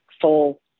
full